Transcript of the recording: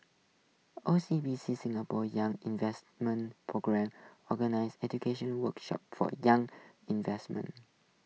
O C B C Singapore's young investor programme organizes educational workshops for young invesment